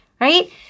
right